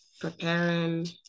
preparing